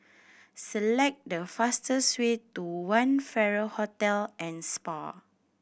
select the fastest way to One Farrer Hotel and Spa